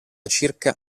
circa